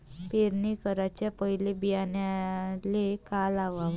पेरणी कराच्या पयले बियान्याले का लावाव?